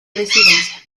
presidencia